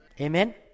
Amen